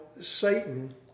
Satan